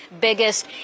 biggest